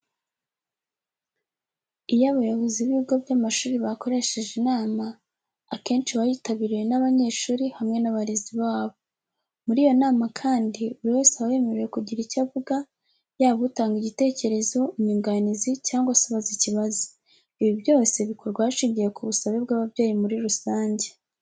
Iyo abayobozi b'ibigo by'amashuri bakoresheje inama, akenshi iba yitabiriwe n'abanyeshuri hamwe n'abarezi babo. Muri iyo nama kandi, buri wese aba yemerewe kugira icyo avuga yaba utanga igitekerezo, inyunganizi cyangwa se ubaza ikibazo. Ibi byose bikorwa hashingiwe ku busabe bw'ababyeyi muri rusange.